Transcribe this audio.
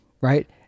right